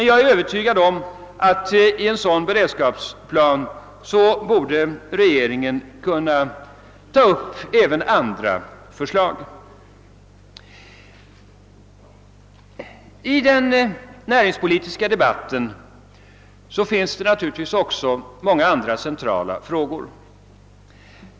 Jag är övertygad om att i en sådan beredskapsplan borde regeringen kunna ta upp även andra förslag. I den näringspolitiska debatten finns det naturligtvis många andra centrala frågor.